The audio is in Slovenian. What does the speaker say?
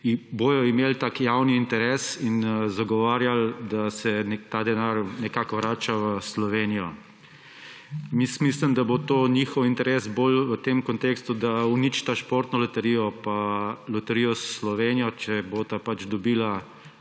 – imeli takšen javni interes in zagovarjali, da se ta denar vrača v Slovenijo. Mislim, da bo njihov interes bolj v tem kontekstu, da se uniči Športno loterijo pa Loterijo Slovenije, če bosta koncesijo